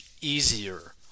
easier